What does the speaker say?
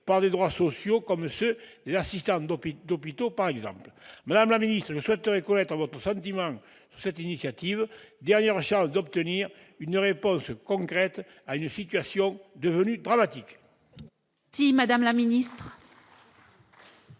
de droits sociaux, comme ceux des assistants d'hôpitaux, par exemple. Madame la ministre, je souhaiterais connaître votre sentiment sur cette initiative, dernière chance d'obtenir une réponse concrète à une situation devenue dramatique ! Très bien ! La parole